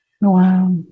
Wow